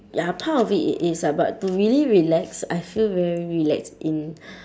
ya part of it it is ah but to really relax I still very relaxed in